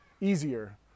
easier